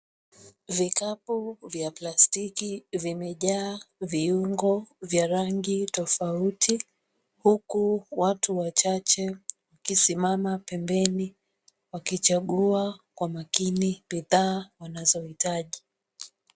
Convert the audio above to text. Vikapu vya plastiki vimejaa viungo vya rangi tofauti huku watu wachache wakisimama pembeni wakichagua kwa makini bidhaa wanazohitaji.